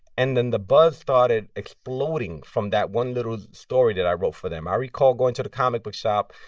and then the buzz started exploding from that one little story that i wrote for them. i recall going to the comic book shop.